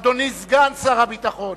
אדוני סגן שר הביטחון,